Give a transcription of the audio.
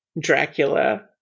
Dracula